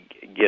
get